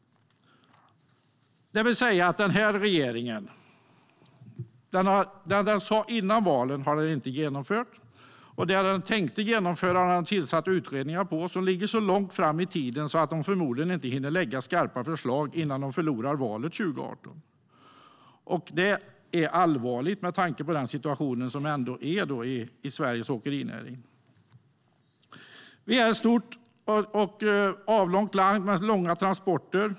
Vad den här regeringen sa före valet har den inte genomfört, och när det gäller vad den tänkte genomföra har den tillsatt utredningar som ligger så långt fram i tiden att regeringen förmodligen inte hinner lägga skarpa förslag innan de förlorar valet 2018. Det är allvarligt med tanke på den situation som råder inom Sveriges åkerinäring. Vi är ett stort och avlångt land med långa transporter.